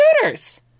computers